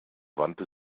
wandte